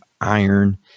iron